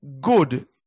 good